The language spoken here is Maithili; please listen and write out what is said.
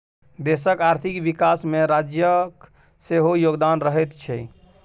देशक आर्थिक विकासमे राज्यक सेहो योगदान रहैत छै